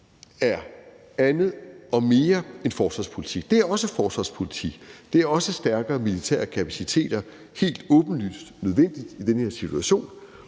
er andet og mere end forsvarspolitik. Det er også forsvarspolitik, og det er også stærkere militære kapaciteter – helt åbenlyst nødvendigt i den her situation